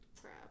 crap